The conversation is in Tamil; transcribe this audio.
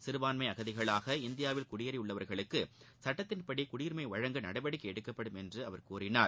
சிறபான்மை அகதிகளாக இந்தியாவில் குடியேறி உள்ளவர்களுக்கு சட்டத்தின்படி குடியுரிமை வழங்க நடவடிக்கை எடுக்கப்படும் என்று அவர் கூறினார்